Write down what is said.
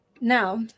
Now